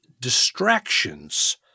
distractions